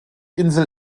insel